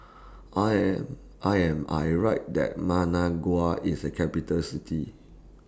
I Am I Am I Right that Managua IS A Capital City